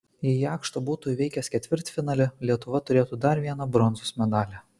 jei jakšto būtų įveikęs ketvirtfinalį lietuva turėtų dar vieną bronzos medalį